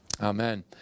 Amen